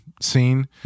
scene